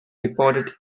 reported